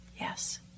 Yes